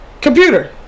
Computer